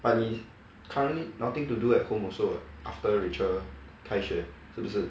but 你 currently nothing to do at home also after rachel 开学是不是